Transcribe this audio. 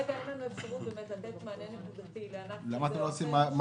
כרגע אין לנו אפשרות לתת מענה נקודתי לענף מסוים.